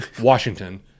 Washington